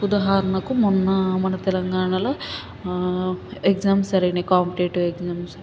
ఉదాహరణకు మొన్న మన తెలంగాణలో ఎగ్జామ్స్ జరిగినాయి కాంపిటేటివ్ ఎగ్జామ్స్